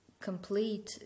complete